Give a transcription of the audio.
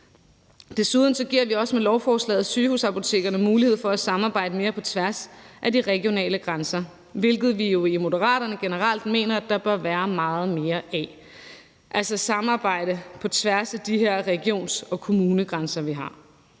Desuden giver vi også sygehusapotekerne mulighed for at samarbejde mere på tværs af de regionale grænser, hvilket vi jo i Moderaterne generelt mener at der bør være meget mere af, altså samarbejde på tværs af de her regions- og kommunegrænser, vi har.